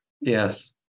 Yes